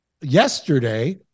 yesterday